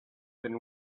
then